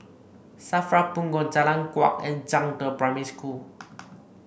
Safra Punggol Jalan Kuak and Zhangde Primary School